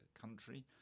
country